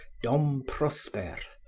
dom prosper,